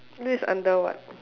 this is under what